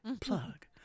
plug